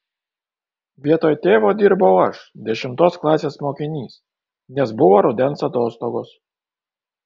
vietoj tėvo dirbau aš dešimtos klasės mokinys nes buvo rudens atostogos